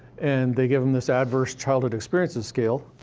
and they gave em this adverse childhood experiences scale,